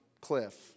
cliff